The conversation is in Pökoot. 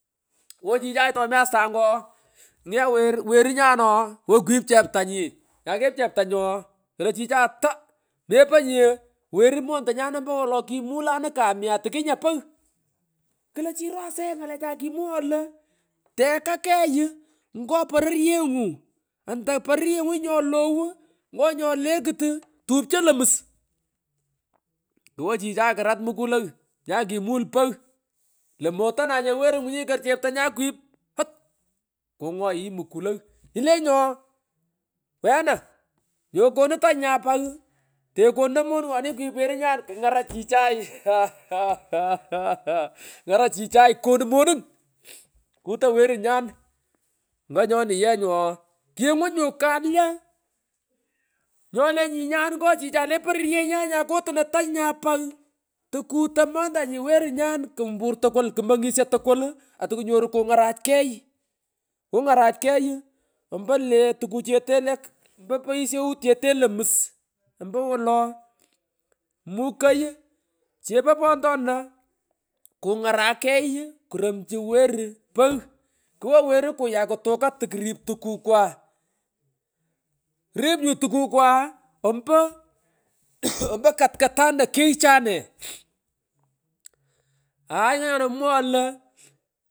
Mmch woo chichay tomi astanga ooh nget werr werinyan ooh wo kwip cheptanyi nyakep cheptanyi ooh klo chichay ata mepoy nye weru mantonyan ompowolo kimulanugh kame pogh klo chi rosee ngalechay kikmwaghoy lo teka kegh juuh ngo pororyengu onto pororyengu nyolow ouch ngo nyolekut tupcho lomus mmch kuwo chichay kurat mkulow nyakimul pogh lo motonanye werungunyiko cheptonyan kwip ouch kungayunyi mkulow ilenyi ooh wena nyokonun tany nya apagh tekonuno monu ngoni kwip werunyan kungarach chichay aah aah aah aah aah uuh ngarach chichay konu monung kuto werunyan kumugh nganyoni ye nyu ooh kingun nyu kalya nyole nyinyan ngo chichay le pororyenyan nyakotono tany nya apagh tokuto montanyi werunyan kumpur tukul kumongisho tukul atokunyori kungarach kogh kumung kungarach kegh ompo lee tukuchete lekh ompo poghisyewut chete lo mus ompo wolo mukagh chepo pontoon kungarach kegh iii kuromchu wen pogh kuwo weru kuyakwu tukaa tokuriip tukukwa kumung rrip nyu tukukwa ompo kurai uhu ompo katkatanu kigh chanee yop yomot mghuu mmch hay nganyona mwongoy lo nihh.